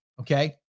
Okay